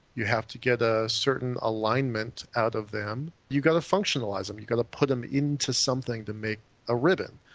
have to get a certain alignment out of them. you've got to functionalise them, you've got to put them into something to make a ribbon.